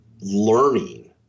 learning